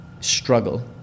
struggle